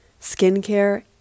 skincare